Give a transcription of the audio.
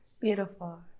beautiful